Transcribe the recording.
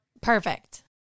Perfect